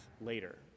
later